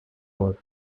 for